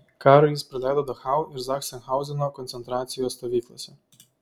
karą jis praleido dachau ir zachsenhauzeno koncentracijos stovyklose